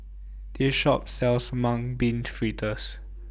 This Shop sells Mung Bean Fritters